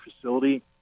facility